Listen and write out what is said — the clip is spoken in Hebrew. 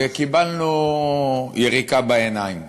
וקיבלנו יריקה בעיניים.